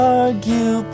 argue